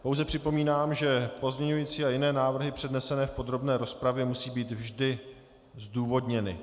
Pouze připomínám, že pozměňovací a jiné návrhy přednesené v podrobné rozpravě musí být vždy zdůvodněny.